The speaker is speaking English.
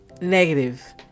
Negative